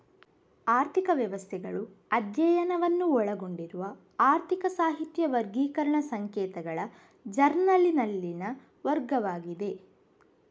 ಆರ್ಥಿಕ ವ್ಯವಸ್ಥೆಗಳು ಅಧ್ಯಯನವನ್ನು ಒಳಗೊಂಡಿರುವ ಆರ್ಥಿಕ ಸಾಹಿತ್ಯ ವರ್ಗೀಕರಣ ಸಂಕೇತಗಳ ಜರ್ನಲಿನಲ್ಲಿನ ವರ್ಗವಾಗಿದೆ